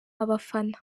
abafana